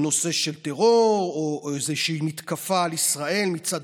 בנושא של טרור או באיזושהי מתקפה על ישראל מצד